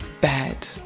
bad